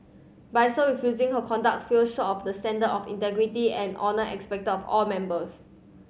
by so refusing her conduct feel short of the standard of integrity and honour expected of all members